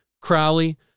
Crowley